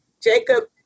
Jacob